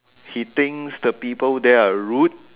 he thinks the people there are rude